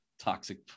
toxic